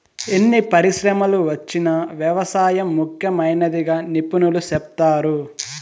ఎన్ని పరిశ్రమలు వచ్చినా వ్యవసాయం ముఖ్యమైనదిగా నిపుణులు సెప్తారు